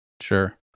Sure